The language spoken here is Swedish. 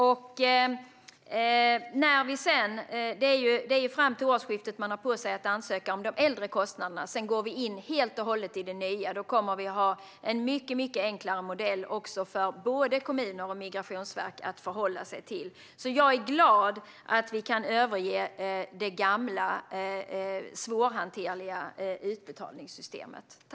Det är alltså tiden fram till årsskiftet man har på sig att ansöka om de äldre kostnaderna, och sedan går vi in helt och hållet i det nya. Då kommer vi att ha en mycket enklare modell för både kommuner och Migrationsverket att förhålla sig till. Jag är glad att vi kan överge det gamla, svårhanterliga utbetalningssystemet.